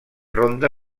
ronda